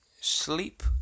sleep